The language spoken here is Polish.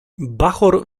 bachor